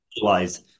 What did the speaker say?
otherwise